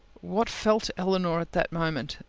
what felt elinor at that moment?